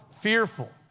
fearful